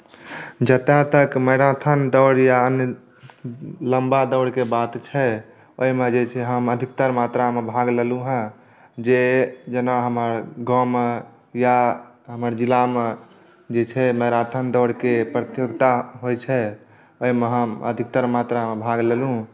जतऽ तक मैराथन दौड़ या अन्य लम्बा दौड़के बात छै ओहिमे जे छै हम अधिकतर मात्रामे भाग लेलहुँ हँ जे जेना हमर गाँवमे या हमर जिलामे जे छै मैराथन दौड़के प्रतियोगिता होइ छै ओहिमे हम अधिकतर मात्रामे भाग लेलहुँ